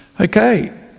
Okay